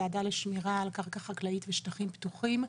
הוועדה לשמירה על קרקע חקלאית ושטחים פתוחים,